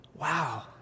wow